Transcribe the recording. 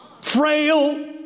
frail